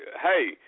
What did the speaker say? hey